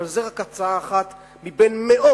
אבל זה רק הצעה אחת מבין מאות